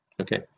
okay